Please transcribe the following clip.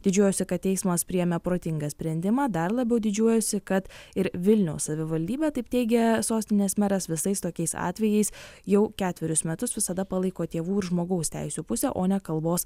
didžiuojasi kad teismas priėmė protingą sprendimą dar labiau didžiuojasi kad ir vilniaus savivaldybė taip teigia sostinės meras visais tokiais atvejais jau ketverius metus visada palaiko tėvų ir žmogaus teisių pusę o ne kalbos